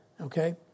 okay